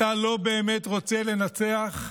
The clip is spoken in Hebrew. אתה לא באמת רוצה לנצח,